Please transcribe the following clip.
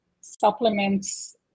supplements